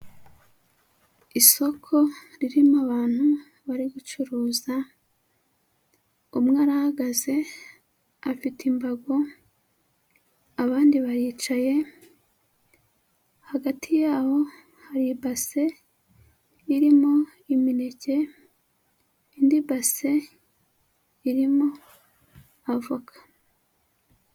Isoko ririmo abantu bari gucuruza umwe ahahagaze afite imbago, abandi bayicaye hagati yabo hari ibase irimo imineke indi base irimo avoka.